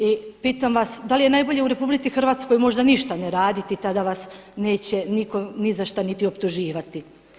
I pitam vas, da li je najbolje u RH možda ništa ne raditi, tada vas neće niko ni za šta optuživati.